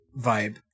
vibe